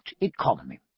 economy